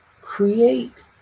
create